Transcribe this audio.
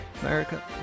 america